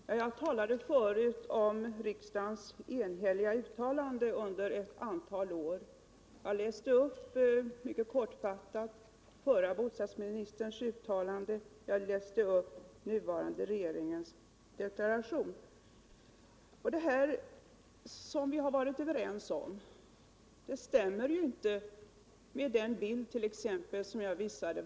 Herr talman! Jag hänvisade tidigare till riksdagens enhälliga uttalande i dessa frågor. Jag läste mycket kortfattat upp den förre bostadsministerns uttalande, och jag läste upp den nuvarande regeringens deklaration i detta avseende. Det vi således har varit eniga om överensstämmer inte med t.ex. den bild av Malmös expansion som jag visade.